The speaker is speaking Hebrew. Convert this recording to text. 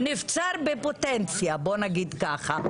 הנבצר בפוטנציה, בוא נגיד ככה.